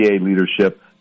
leadership